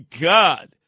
God